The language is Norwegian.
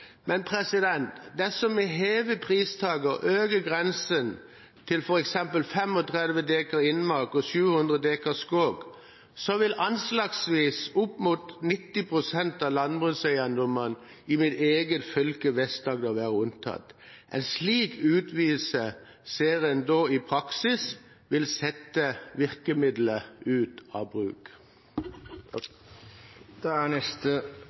Men dersom vi hever pristaket og øker grensen til f.eks. 35 dekar innmark og 700 dekar skog, vil anslagsvis opp mot 90 pst. av landbrukseiendommene i mitt eget fylke, Vest-Agder, være unntatt. En slik utvidelse ser en da i praksis vil sette virkemiddelet ut av bruk.